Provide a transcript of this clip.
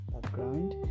background